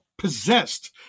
Possessed